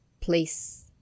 place